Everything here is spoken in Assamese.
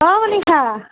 অ' মনীষা